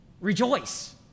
Rejoice